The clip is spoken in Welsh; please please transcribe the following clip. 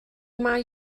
mae